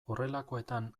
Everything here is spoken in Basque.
horrelakoetan